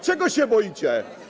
Czego się boicie?